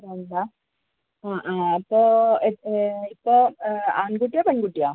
രണ്ടോ ആ ആ അപ്പോൾ ഇപ്പോൾ ആൺ കുട്ടിയോ പെൺ കുട്ടിയോ